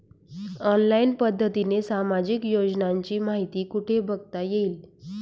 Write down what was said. Online पद्धतीने सामाजिक योजनांची माहिती कुठे बघता येईल?